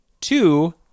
Two